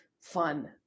fun